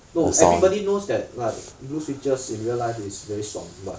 no everybody knows that like blue switchers in real life is very 爽 but